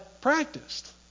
practiced